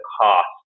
cost